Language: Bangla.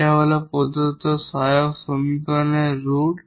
এটা হল প্রদত্ত অক্সিলিয়ারি সমীকরণের রুট